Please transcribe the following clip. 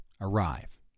arrive